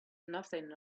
nothing